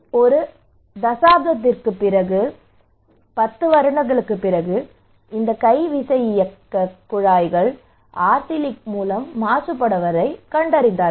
ஒரு தசாப்தத்திற்குப் பிறகு இந்த கை விசையியக்கக் குழாய்கள் ஆர்சனிக் மூலம் மாசுபடுவதைக் கண்டார்கள்